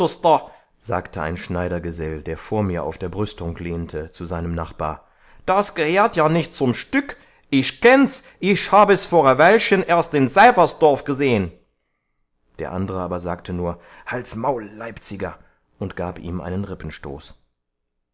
sagte ein schneidergesell der vor mir auf der brüstung lehnte zu seinem nachbar das geheert ja nicht zum stück ich kenn's ich hab es vor ä weilchen erst in seifersdorf gesehn der andere aber sagte nur halt's maul leipziger und gab ihm einen